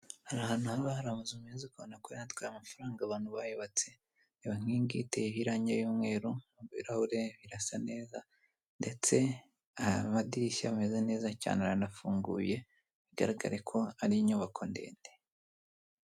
Hari ahantu haba hari amazu meza ubona ko yatwaye amafaranga abantu bayubatse, reba nk'iyi ngiyi iteyeho irangi ry'umweru, ibirahure birasa neza ndetse amadirishya ameze neza cyane aranafunguye, bigaragare ko ari inyubako ndende.